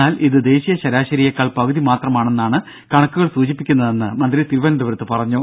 എന്നാൽ ഇത് ദേശീയ ശരാശരിയേക്കാൾ പകുതി മാത്രമാണെന്നാണ് കണക്കുകൾ സൂചിപ്പിക്കുന്നതെന്നും മന്ത്രി തിരുവനന്തപുരത്ത് പറഞ്ഞു